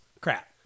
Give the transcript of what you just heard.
Crap